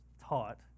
taught